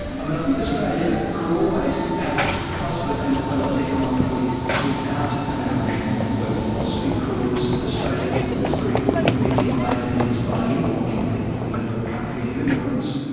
um and think australia could always have prospered and developed economically without an aboriginal workforce, because australia was very good at meeting labour needs by importing people you know, we're a country of immigrants.